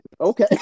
Okay